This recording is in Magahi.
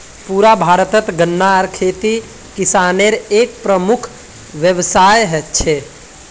पुरा भारतत गन्नार खेती किसानेर एक प्रमुख व्यवसाय छे